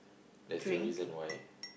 that's the reason why